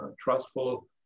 trustful